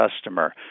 customer